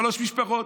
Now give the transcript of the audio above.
שלוש משפחות.